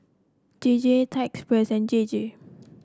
J J Thai Express J J